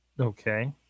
Okay